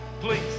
Please